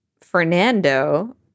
Fernando